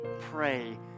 pray